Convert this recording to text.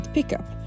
Pickup